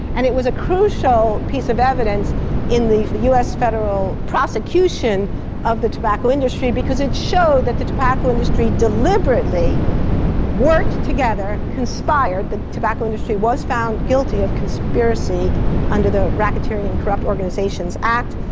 and it was a crucial piece of evidence in the the us federal prosecution of the tobacco industry, because it showed that the tobacco industry deliberately worked together, conspired, the tobacco industry was found guilty of conspiracy under the racketeering and corrupt organisations act,